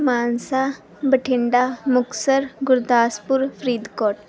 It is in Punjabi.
ਮਾਨਸਾ ਬਠਿੰਡਾ ਮੁਕਤਸਰ ਗੁਰਦਾਸਪੁਰ ਫਰੀਦਕੋਟ